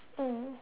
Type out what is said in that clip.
mm